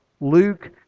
luke